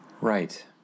Right